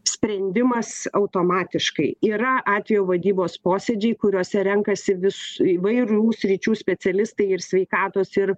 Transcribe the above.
sprendimas automatiškai yra atvejų vadybos posėdžiai kuriuose renkasi vis įvairių sričių specialistai ir sveikatos ir